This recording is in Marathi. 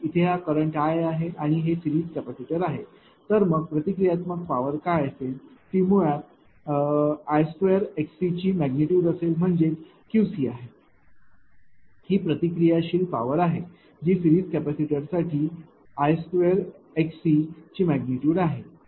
इथे हा करंट I आहे आणि हे सिरीज कॅपेसिटर आहे तर मग प्रतिक्रियात्मक पॉवर काय असेल ती मुळात I2xcची मैग्निटूड असेल म्हणजेच Qcआहे ही प्रतिक्रियाशील पॉवर आहे जी सिरीज कॅपेसिटरसाठी I2xcची मैग्निटूड आहे